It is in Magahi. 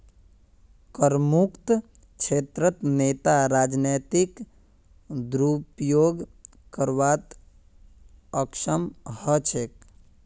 करमुक्त क्षेत्रत नेता राजनीतिक दुरुपयोग करवात अक्षम ह छेक